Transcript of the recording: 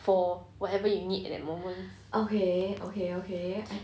for whatever you need at that moment